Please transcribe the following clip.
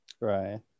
Right